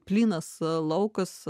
plynas laukas